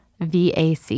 vac